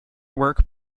work